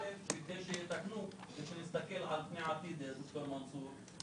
אל"ף, כדי שנתסכל עם הפנים לעתיד וכבר הציגו,